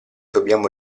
dobbiamo